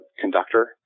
conductor